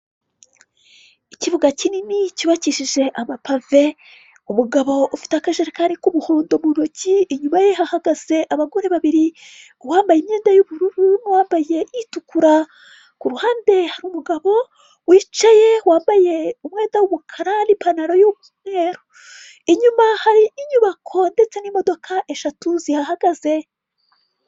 Ikibuga kinini cyubakishije amapave umugabo ufite akajerekani k'umuhondo mu ntoki, inyuma ye hahagaze abagore babiri uwambaye imyenda y'ubururu n'uwambaye itukura, kuhande hari umugabo wicaye wambaye umwenda w'umukara n'ipantaro y'umweru, inyuma hari inyubako ndetse n'imodoka eshatu zihahagaze.